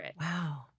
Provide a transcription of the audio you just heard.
Wow